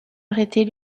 arrêter